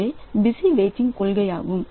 இதுவே busy waiting கொள்கையாகும்